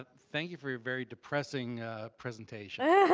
ah thank you for your very depressing presentation.